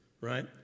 right